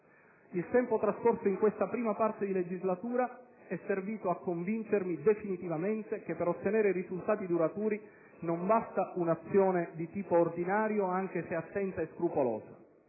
Il tempo trascorso in questa prima parte di legislatura è servito a convincermi, definitivamente, che per ottenere risultati duraturi non basta un'azione di tipo ordinario, anche se attenta e scrupolosa.